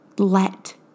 Let